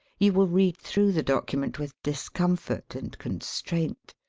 you will read through the document with discomfort and constraint.